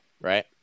right